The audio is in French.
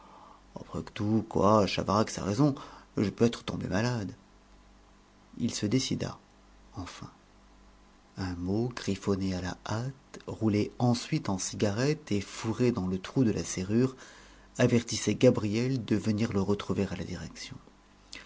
après tout quoi chavarax a raison je peux être tombé malade il se décida enfin un mot griffonné à la hâte roulé ensuite en cigarette et fourré dans le trou de la serrure avertissait gabrielle de venir le retrouver à la direction